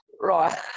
right